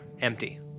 Empty